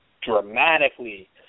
dramatically